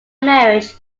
marriage